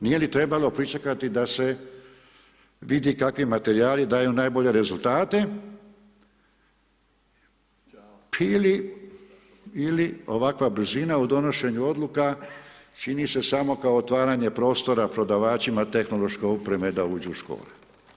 Nije li trebalo pričekati da se vidi kakve materijali daju najbolje rezultate ili ovakva brzina u donošenju odluka, čini se samo kao otvaranje prostora prodavačima tehnološke opreme da uđu u škole.